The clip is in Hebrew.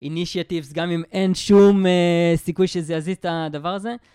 אינישיאטיבס גם אם אין שום סיכוי שזה יזיז את הדבר הזה